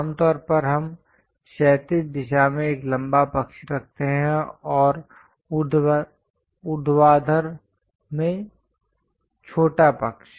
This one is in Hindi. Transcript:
आमतौर पर हम क्षैतिज दिशा में एक लंबा पक्ष रखते हैं और ऊर्ध्वाधर में छोटा पक्ष